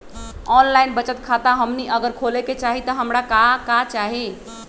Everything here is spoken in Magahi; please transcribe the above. ऑनलाइन बचत खाता हमनी अगर खोले के चाहि त हमरा का का चाहि?